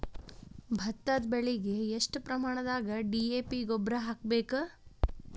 ಭತ್ತದ ಬೆಳಿಗೆ ಎಷ್ಟ ಪ್ರಮಾಣದಾಗ ಡಿ.ಎ.ಪಿ ಗೊಬ್ಬರ ಹಾಕ್ಬೇಕ?